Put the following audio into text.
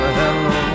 hello